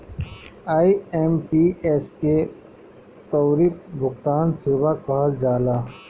IMPS के त्वरित भुगतान सेवा कहल जाला